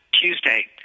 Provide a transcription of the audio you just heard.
Tuesday